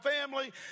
family